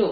જો